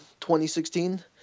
2016